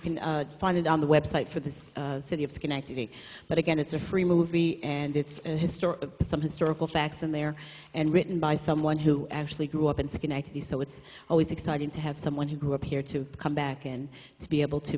can find it on the web site for the city of schenectady but again it's a free movie and it's an historic of some historical facts in there and written by someone who actually grew up in schenectady so it's always exciting to have someone who appeared to come back and to be able to